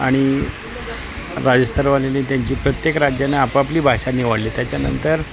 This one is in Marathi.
आणि राजस्थानवाल्यांनी त्यांची प्रत्येक राज्यानं आपापली भाषा निवडली त्याच्यानंतर